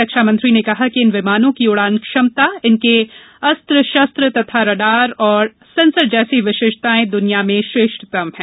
रक्षा मंत्री ने कहा कि इन विमानों की उडान क्षमता इनके अस्त्र् शस्त्र् तथा रडार और सेंसर जैसी विशिष्टताएं दुनिया में श्रेष्ठतम है